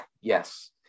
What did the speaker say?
Yes